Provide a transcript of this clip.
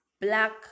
black